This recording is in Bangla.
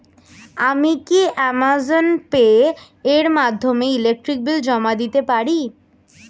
আমি কি অ্যামাজন পে এর মাধ্যমে ইলেকট্রিক বিল জমা দিতে পারি?